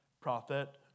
prophet